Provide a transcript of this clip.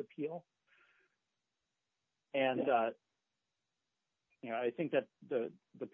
appeal and you know i think that the